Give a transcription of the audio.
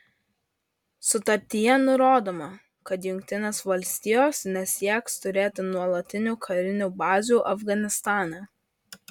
sutartyje nurodoma kad jungtinės valstijos nesieks turėti nuolatinių karinių bazių afganistane